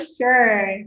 sure